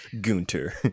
Gunter